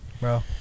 bro